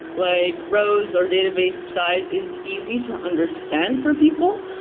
like rows or database size is easy to understand for people,